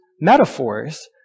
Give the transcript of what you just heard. metaphors